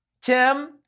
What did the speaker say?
Tim